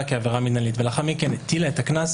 כעבירה מינהלית ולאחר מכן הטילה את הקנס,